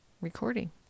recording